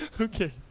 Okay